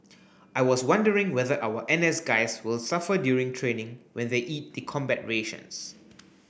I was wondering whether our N S guys will suffer during training when they eat the combat rations